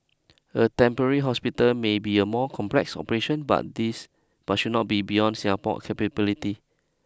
a temporary hospital may be a more complex operation but this but should not be beyond Singapore's capability